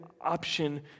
option